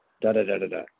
Da-da-da-da-da